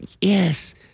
yes